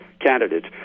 candidates